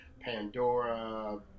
Pandora